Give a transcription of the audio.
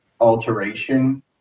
alteration